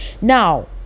now